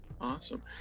Awesome